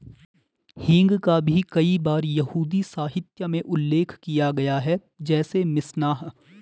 हींग का भी कई बार यहूदी साहित्य में उल्लेख किया गया है, जैसे मिशनाह